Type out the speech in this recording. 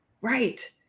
right